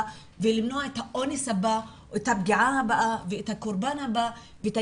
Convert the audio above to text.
ולמנוע את האונס הבא או את הפגיעה הבאה ואת הקורבן הבא ואת